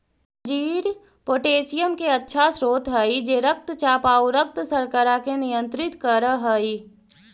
अंजीर पोटेशियम के अच्छा स्रोत हई जे रक्तचाप आउ रक्त शर्करा के नियंत्रित कर हई